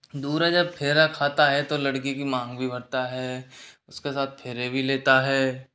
दूल्हा जब फेरा खाता है तो लड़की की माँग भी भरता है उसके साथ फेरे भी लेता है